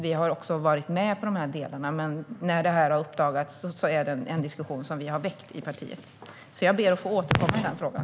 Vi har varit med i dessa frågor, och när problemet nu har uppdagats har vi väckt diskussionen i partiet. Så jag ber att få återkomma i frågan!